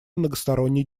многосторонней